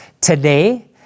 today